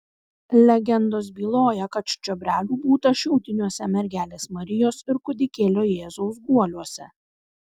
legendos byloja kad čiobrelių būta šiaudiniuose mergelės marijos ir kūdikėlio jėzaus guoliuose